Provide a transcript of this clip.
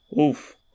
Oof